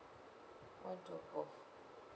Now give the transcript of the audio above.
one drop off